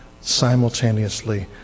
Simultaneously